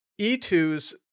E2's